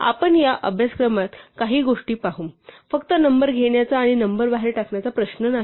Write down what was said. आपण या अभ्यासक्रमात यापैकी काही गोष्टी पाहू फक्त नंबर घेण्याचा आणि नंबर बाहेर टाकण्याचा प्रश्न नाही